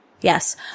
Yes